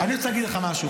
אני רוצה להגיד לך משהו.